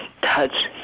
touch